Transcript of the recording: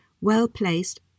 well-placed